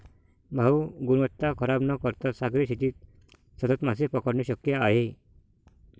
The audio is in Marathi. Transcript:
भाऊ, गुणवत्ता खराब न करता सागरी शेतीत सतत मासे पकडणे शक्य आहे